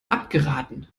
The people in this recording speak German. abgeraten